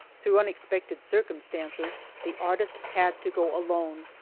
through unexpected circumstances the artist had to go alone,